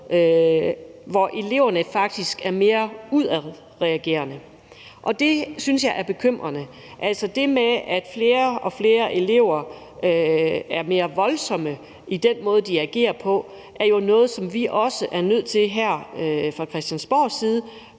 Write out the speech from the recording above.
hvor eleverne faktisk er mere udadreagerende, og det synes jeg er bekymrende. Altså, det med, at flere og flere elever er mere voldsomme i den måde, de agerer på, er jo også noget, som vi her fra Christiansborgs side